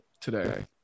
today